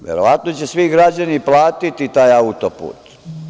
Verovatno će svi građani platiti taj auto-put.